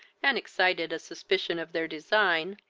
and excited a suspicion of their design,